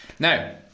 now